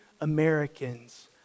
Americans